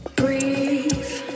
breathe